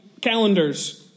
calendars